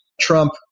Trump